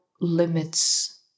limits